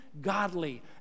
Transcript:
godly